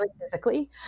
physically